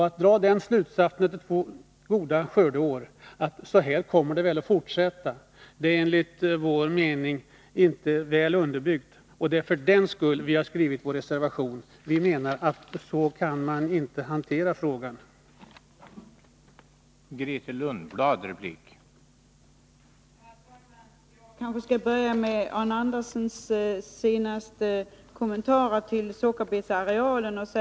Att dra den slutsatsen efter två goda skördeår att det nog kommer att fortsätta med sådana är enligt vår mening inte väl underbyggt. Det är för den skull som vi har skrivit vår reservation. Vi menar att man inte kan hantera frågan på det sättet.